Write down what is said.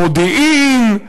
מודיעין,